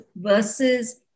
versus